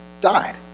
died